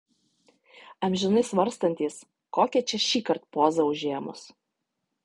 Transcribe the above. amžinai svarstantys kokią čia šįkart pozą užėmus